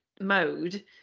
mode